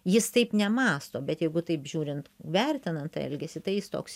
jis taip nemąsto bet jeigu taip žiūrint vertinant elgesį tai jis toks